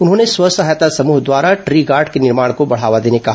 उन्होंने स्व सहायता समृहों द्वारा ट्री गार्ड के निर्माण को बढावा देने कहा